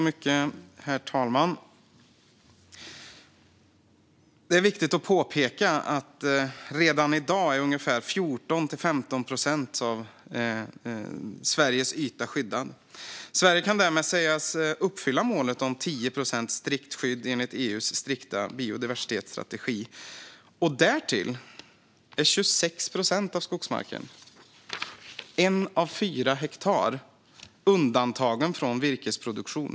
Herr talman! Det är viktigt att påpeka att 14-15 procent av Sveriges yta är skyddad redan i dag. Sverige kan därmed sägas uppfylla målet om 10 procents strikt skydd enligt EU:s biodiversitetsstrategi. Därtill är 26 procent av skogsmarken - ett av fyra hektar - undantagna från virkesproduktion.